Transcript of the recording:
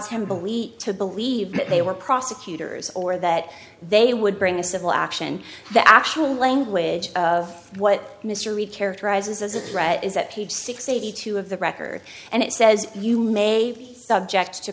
believe to believe that they were prosecutors or that they would bring a civil action the actual language of what mr reed characterizes as a threat is that page six eighty two of the record and it says you may be subject to